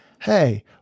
Hey